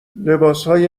لباسهای